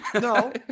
No